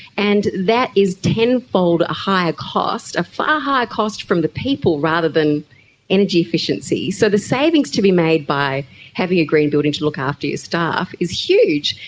and that is tenfold a higher cost, a far higher cost from the people rather than energy efficiency. so the savings to be made by having a green building to look after your staff is huge,